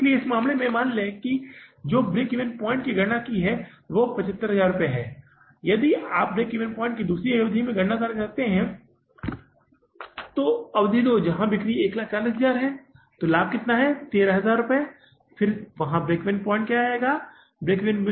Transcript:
इसलिए इस मामले में मान लें कि हमने जो ब्रेक ईवन पॉइंट की गणना की है वह 75000 है यदि आप ब्रेक ईवन पॉइंट की दूसरी अवधि की गणना करते हैं तो अवधि दो जहां बिक्री 140000 है और लाभ 13000 फिर से वही ब्रेक ईवन है